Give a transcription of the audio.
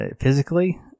physically